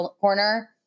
Corner